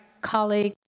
colleague